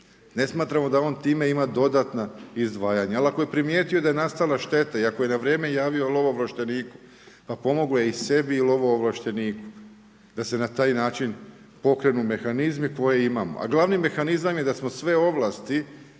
ne smatramo da on time ima dodatna izdvajanja. Ali ako je primijetio da je nastala šteta i ako je na vrijeme javio lovoovlašteniku pa pomogao je i sebi i lovoovlašteniku. Da se na taj način pokrenu mehanizmi koje imamo. A glavni mehanizam je da smo sve ovlasti